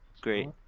great